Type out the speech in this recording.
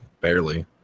Barely